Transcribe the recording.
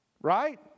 Right